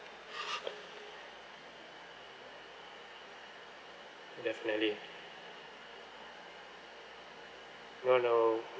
definitely no no